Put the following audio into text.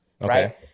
right